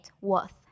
worth